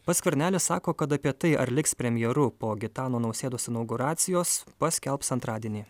pats skvernelis sako kad apie tai ar liks premjeru po gitano nausėdos inauguracijos paskelbs antradienį